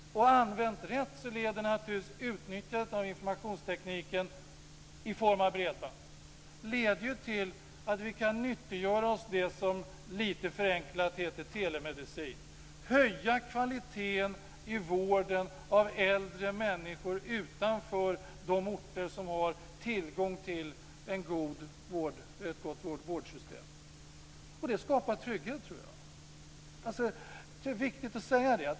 Använt rätt leder naturligtvis utnyttjandet av informationstekniken i form av bredband till att vi kan nyttiggöra oss det som lite förenklat heter telemedicin. Vi kan höja kvalitet i vården av äldre människor utanför de orter som har tillgång till en gott vårdsystem. Jag tror att det skapar trygghet.